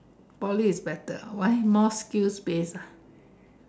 Poly is better why more skill based